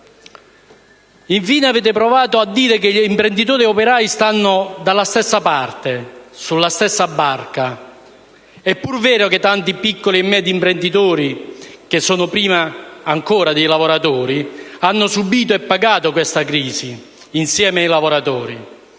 Infine, avete provato a dire che imprenditori ed operai stanno dalla stessa parte, sulla stessa barca. È pur vero che tanti piccoli e medi imprenditori, che sono prima ancora dei lavoratori, hanno subìto e pagato questa crisi insieme ai lavoratori,